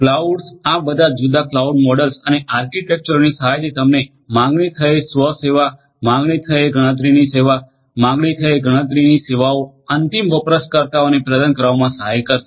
cloud આ બધા જુદા જુદા ક્લાઉડ મોડલ્સ અને આર્કિટેક્ચરોની સહાયથી તમને માગણી થયે સ્વ સેવા માગણી થયે ગણતરીની સેવા માગણી થયે ગણતરીની સેવાઓ અંતિમ વપરાશકર્તાઓને પ્રદાન કરવામાં સહાય કરશે